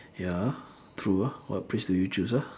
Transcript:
ya true ah what phrase do you choose ah